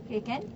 K can